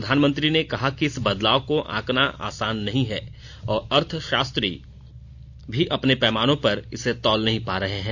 प्रधानमंत्री ने कहा कि इस बदलाव को आंकना आसान नही है और अर्थशास्त्री भी अपने पैमानों पर इसे तौल नहीं पा रहे हैं